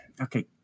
okay